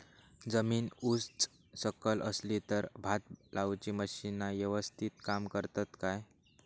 जमीन उच सकल असली तर भात लाऊची मशीना यवस्तीत काम करतत काय?